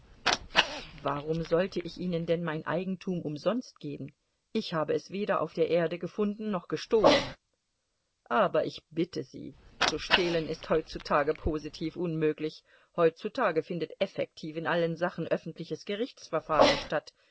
warum sollte ich ihnen denn mein eigentum umsonst geben ich habe es weder auf der erde gefunden noch gestohlen aber ich bitte sie zu stehlen ist heutzutage positiv unmöglich heutzutage findet effektiv in allen sachen öffentliches gerichtsverfahren statt